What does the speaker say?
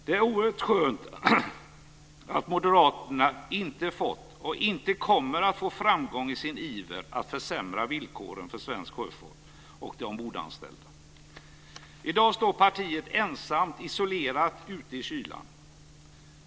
Det är oerhört skönt att Moderaterna inte har fått och inte kommer att få framgång i sin iver att försämra villkoren för svensk sjöfart och de ombordanställda. I dag står partiet ensamt och isolerat ute i kylan.